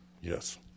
Yes